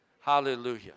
Hallelujah